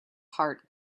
heart